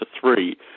three